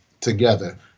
together